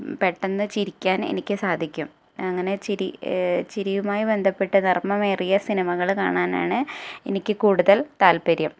പെട്ടെന്ന് ചിരിക്കാൻ എനിക്ക് സാധിക്കും അങ്ങനെ ചിരിയുമായി ബന്ധപ്പെട്ട നർമ്മമേറിയ സിനിമകൾ കാണാനാണ് എനിക്ക് കൂടുതൽ താല്പര്യം